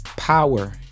power